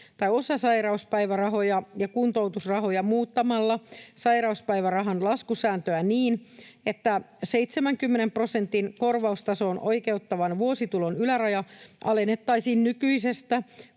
osasairauspäivärahoja ja kuntoutusrahoja muuttamalla sairauspäivärahan laskusääntöä niin, että 70 prosentin korvaustasoon oikeuttavan vuositulon yläraja alennettaisiin nykyisestä